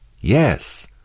yes